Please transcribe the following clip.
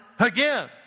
Again